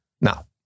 Now